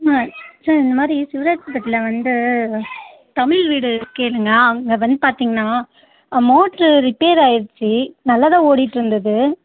ம் சார் இந்த மாதிரி சிவராஜுபேட்டையில் வந்து தமிழ் வீடு கேளுங்க அங்கே வந்து பார்த்தீங்கன்னா மோட்ரு ரிப்பேர் ஆகிருச்சி நல்லா தான் ஓடிகிட்டு இருந்தது